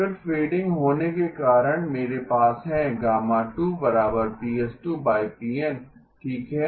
फिर फ़ेडिंग होने के कारण मेरे पास है ठीक है